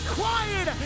quiet